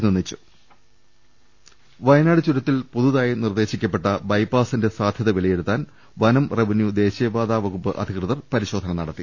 രദ്ദേഷ്ടങ വയനാട് ചുരത്തിൽ പുതുതായി നിർദ്ദേശിക്കപ്പെട്ട ബൈപാസിന്റെ സാധ്യത വിലയിരുത്താൻ വനം റവന്യൂ ദേശീയപാതാ വകുപ്പ് അധികൃ തർ പരിശോധന നടത്തി